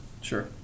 Sure